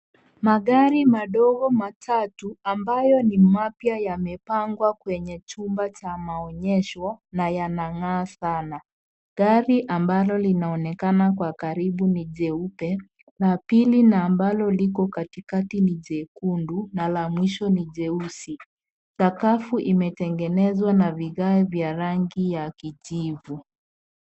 Magari madogo matatu ambayo ni mapya yamepangwa kwenye chumba cha maonyesho na yanangaa sana. Gari ambalo linaonekana kwa karibu ni jeupe na pili ambalo na liko katikati ni jekundu na la mwisho ni jeusi . Sakafu imetengenezwa na vigae vya rangi ya kijivu.